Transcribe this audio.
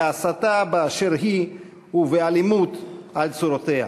בהסתה באשר היא ובאלימות על צורותיה.